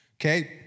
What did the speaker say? Okay